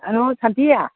hello Shanti